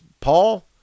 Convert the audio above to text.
Paul